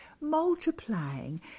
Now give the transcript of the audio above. multiplying